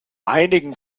einigen